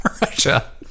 Russia